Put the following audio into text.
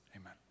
amen